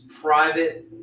private